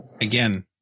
again